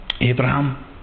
Abraham